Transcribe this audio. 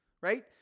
right